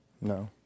no